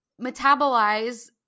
metabolize